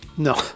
No